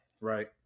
Right